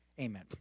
Amen